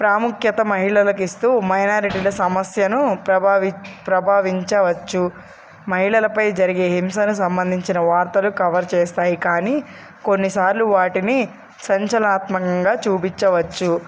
ప్రాముఖ్యత మహిళలకి ఇస్తూ మైనారిటీల సమస్యను ప్రభావించవచ్చు మహిళలపై జరిగే హింసను సంబంధించిన వార్తలు కవర్ చేస్తాయి కానీ కొన్నిసార్లు వాటిని సంచలనాత్మకంగా చూపించవచ్చు